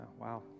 wow